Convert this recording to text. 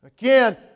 Again